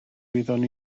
wyddwn